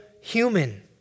human